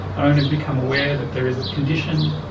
owners become aware that there is a condition,